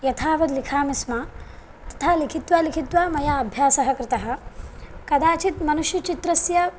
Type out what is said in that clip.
यथावद् लिखामि स्म तथा लिखित्वा लिखित्वा मया अभ्यासः कृतः कदाचित् मनुष्यचित्रस्य